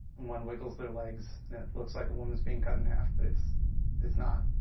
one wiggles their legs, and it looks like a woman is being cut in half, but it's it's not.